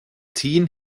teen